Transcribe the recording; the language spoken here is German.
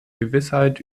gewissheit